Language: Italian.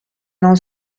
non